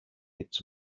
its